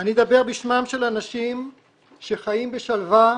אני אדבר בשמם של אנשים שחיים בשלווה,